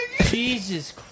Jesus